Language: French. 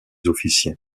officiers